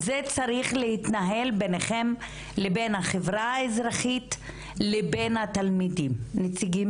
זה צריך להתנהל בינכם לבין החברה האזרחית ולבין התלמידים,